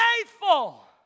faithful